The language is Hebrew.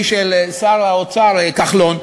היא של שר האוצר כחלון,